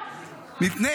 מפני